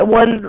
one